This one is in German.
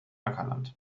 ackerland